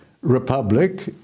republic